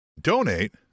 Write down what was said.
donate